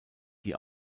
die